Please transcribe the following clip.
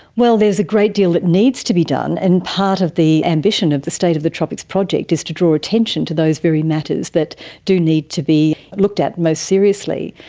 well, there's a great deal that needs to be done, and part of the ambition of the state of the tropics project is to draw attention to those very matters that do need to be looked at most seriously.